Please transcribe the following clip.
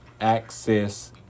Access